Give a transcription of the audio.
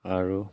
আৰু